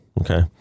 Okay